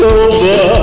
over